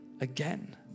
again